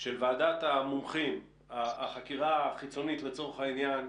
של ועדת המומחים, החקירה החיצונית לצורך העניין,